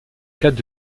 cadre